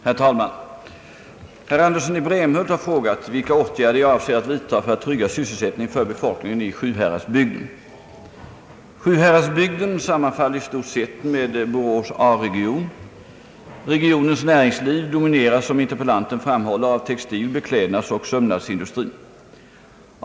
Herr talman! Herr Andersson i Brämhult har frågat vilka åtgärder jag avser att vidta för att trygga sysselsättningen för befolkningen i Sjuhäradsbygden. Sjuhäradsbygden sammanfaller i stort med Borås” A-region. Regionens näringsliv domineras som interpellanten framhåller av textil-, beklädnadsoch sömnadsindustrin.